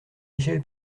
michel